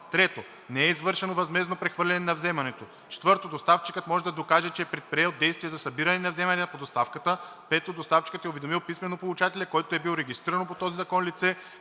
2; 3. не е извършено възмездно прехвърляне на вземането; 4. доставчикът може да докаже, че е предприел действия за събиране на вземанията по доставката; 5. доставчикът е уведомил писмено получателя, който е бил регистрирано по този закон лице